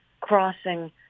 Crossing